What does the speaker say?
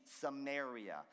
samaria